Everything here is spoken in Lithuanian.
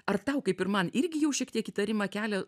ar tau kaip ir man irgi jau šiek tiek įtarimą kelia